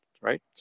right